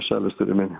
šalys turiu omeny